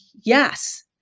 yes